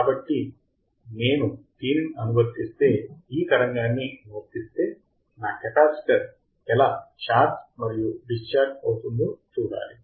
కాబట్టి నేను దీనిని అనువర్తిస్తే ఈ తరంగాన్ని అనువర్తిస్తే నా కేపాసిటర్ ఎలా ఛార్జ్ మరియు డిశ్చార్జ్ అవుతుందో చూడాలి